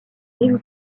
rive